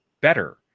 better